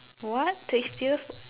what tastiest